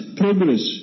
progress